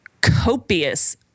copious